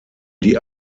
die